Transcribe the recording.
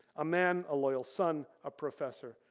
a man, a loyal son, a professor,